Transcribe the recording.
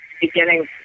beginning